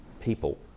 people